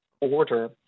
order